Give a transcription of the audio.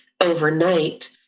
overnight